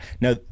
Now